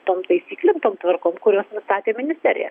tom taisyklėm tom tvarkom kurios nustatė ministerija